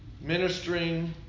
ministering